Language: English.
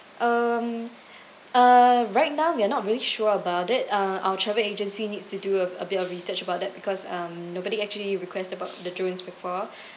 um uh right now we're not really sure about it uh our travel agency needs to do a a bit of research about that because um nobody actually request about the drones before